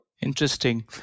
Interesting